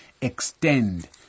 extend